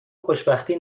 خوشبختی